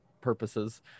purposes